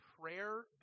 prayer